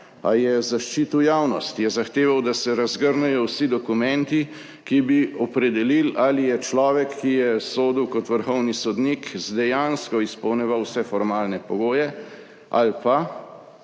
Ali je zaščitil javnost, je zahteval, da se razgrnejo vsi dokumenti, ki bi opredelili, ali je človek, ki je sodil kot vrhovni sodnik, dejansko izpolnjeval vse formalne pogoje ali pa